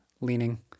leaning